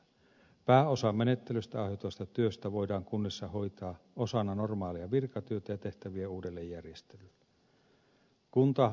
pääosa menettelystä aiheutuvasta työstä voidaan kunnissa hoitaa osana normaalia virkatyötä ja tehtävien uudelleenjärjestelyillä